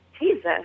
Jesus